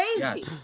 crazy